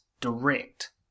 Direct